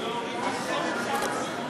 אפשר לדלג.